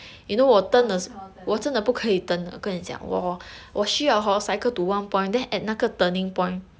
I also cannot turn